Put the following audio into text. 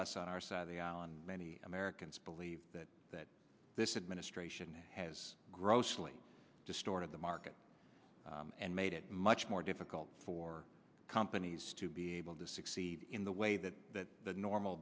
us on our side of the island many americans believe that this administration has grossly distorted the market and made it much more difficult for companies to be able to succeed in the way that that the normal